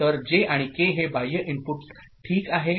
तर J आणि K हे बाह्य इनपुट ठीक आहे